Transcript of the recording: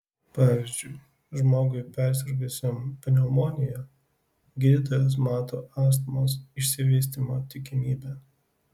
pavyzdžiui žmogui persirgusiam pneumonija gydytojas mato astmos išsivystymo tikimybę